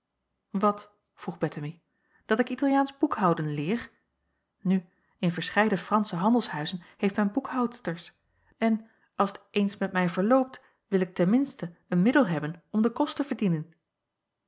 wat vroeg bettemie dat ik italiaansch boekhouden leer nu in verscheiden fransche handelshuizen heeft men boekhoudsters en als t eens met mij verloopt wil ik ten minste een middel hebben om de kost te verdienen